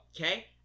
Okay